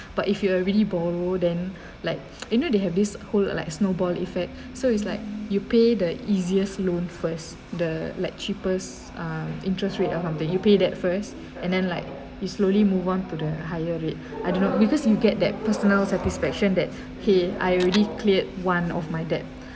but if you uh really borrow then like you know they have this whole like snowball effect so it's like you pay the easiest loan first the let cheapest uh interest rate or something you pay that first and then like you slowly move on to the higher rate I do not because you get that personal satisfaction that !hey! I already cleared one of my debt